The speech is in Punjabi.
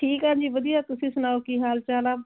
ਠੀਕ ਆ ਜੀ ਵਧੀਆ ਤੁਸੀਂ ਸੁਣਾਓ ਕੀ ਹਾਲ ਚਾਲ ਆ